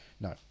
no